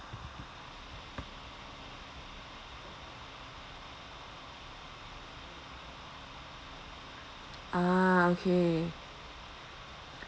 ah okay